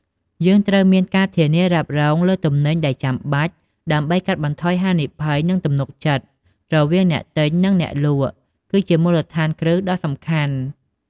យើងត្រូវមានការធានារ៉ាប់រង លើទំនិញដែលចាំបាច់ ដើម្បីកាត់បន្ថយហានិភ័យ និងទំនុកចិត្ត រវាងអ្នកទិញ និងអ្នកលក់ គឺជាមូលដ្ឋានគ្រឹះដ៏សំខាន់។